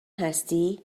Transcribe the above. هستی